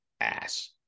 ass